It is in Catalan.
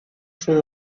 sud